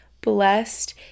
blessed